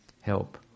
help